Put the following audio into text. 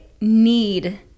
need